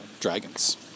dragons